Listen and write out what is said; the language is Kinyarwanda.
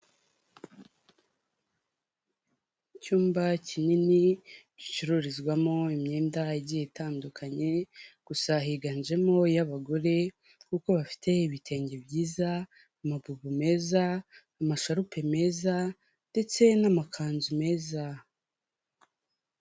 Icyumba kinini gicururizwamo imyenda igiye itandukanye, gusa higanjemo iy'abagore kuko bafite ibitenge byiza, amabubu meza, amasharupe meza ndetse n'amakanzu meza.